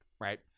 right